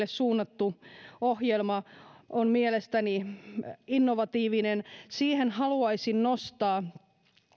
suunnattu ohjelma on mielestäni innovatiivinen siihen haluaisin nostaa